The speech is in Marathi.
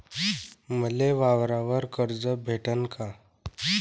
मले वावरावर कर्ज भेटन का?